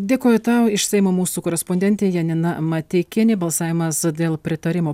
dėkoju tau iš seimo mūsų korespondentė janina mateikienė balsavimas dėl pritarimo